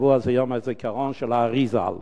השבוע חל יום הזיכרון של האר"י ז"ל,